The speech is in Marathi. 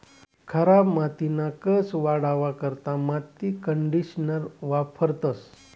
खराब मातीना कस वाढावा करता माती कंडीशनर वापरतंस